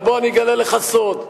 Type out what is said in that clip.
אבל בוא אני אגלה לך סוד,